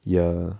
ya